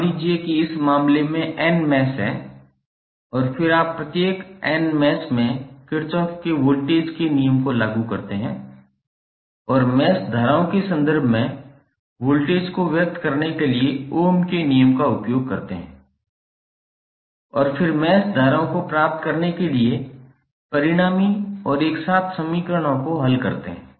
मान लीजिए कि इस मामले में n मैश हैं और फिर आप प्रत्येक n मैश में किरचॉफ के वोल्टेज नियम को लागू करते हैं और मैश धाराओं के संदर्भ में वोल्टेज को व्यक्त करने के लिए ओम के नियम का उपयोग करते हैं और फिर मैश धाराओं को प्राप्त करने के लिए परिणामी और एक साथ समीकरणों को हल करते हैं